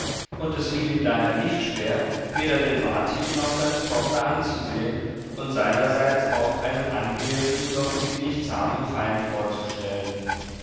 und es fiel ihm daher nicht schwer weder den marti noch seine tochter anzusehen und seinerseits auch einen angehenden doch ziemlich zahmen feind vorzustellen